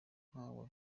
ntawe